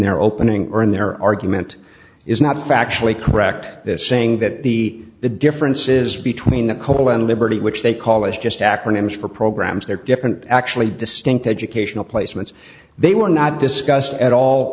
their opening or in their argument is not factually correct saying that the the differences between the cole and liberty which they call is just acronyms for programs there are different actually distinct educational placements they were not discussed at all